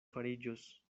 fariĝos